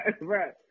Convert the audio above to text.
right